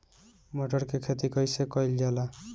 मटर के खेती कइसे कइल जाला?